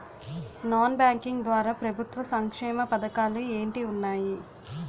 Non banking ద్వారా ప్రభుత్వ సంక్షేమ పథకాలు ఏంటి ఉన్నాయి?